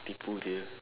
tipu dia